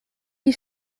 die